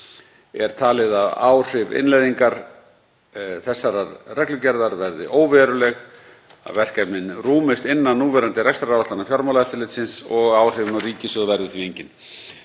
Er talið að áhrif innleiðingar reglugerðarinnar verði óveruleg, að verkefnin rúmist innan núverandi rekstraráætlana Fjármálaeftirlitsins og áhrif á ríkissjóð verði því engin.